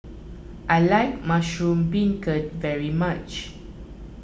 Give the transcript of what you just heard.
I like Mushroom Beancurd very much